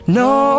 no